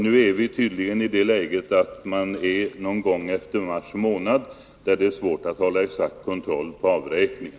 Nu är det tydligen ”någon gång efter mars månad”, där det är svårt att hålla exakt kontroll på avräkningen.